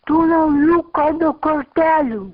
tų naujų kodų kortelių